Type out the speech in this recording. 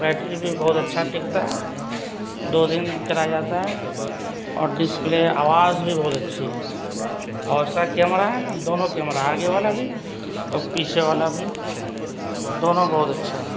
battery بھى بہت اچّھا ٹكتا ہے دو دن چلا جاتا ہے اور ڈسپلے آواز بھى بہت اچّھى ہے اور اس كا كميرہ ہے نا دونوں کیمرہ آگے والا بھی اور پيچھے والا بھى دونوں بہت اچّھا ہے